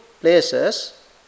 places